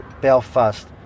Belfast